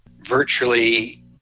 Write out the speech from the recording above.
Virtually